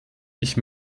ich